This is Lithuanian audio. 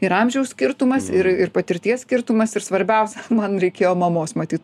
ir amžiaus skirtumas ir ir patirties skirtumas ir svarbiausia man reikėjo mamos matyt